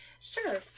Sure